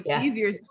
easier